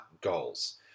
goals